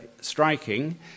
striking